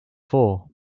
four